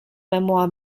memoir